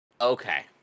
Okay